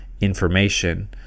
information